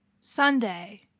Sunday